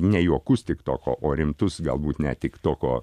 ne juokus tik toko o rimtus galbūt net tik toko